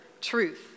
truth